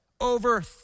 Over